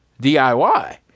DIY